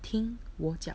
听我讲